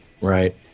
right